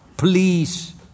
Please